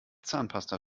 zahnpasta